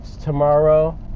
tomorrow